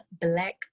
black